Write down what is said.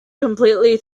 completely